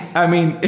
i mean,